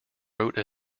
wrote